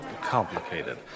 complicated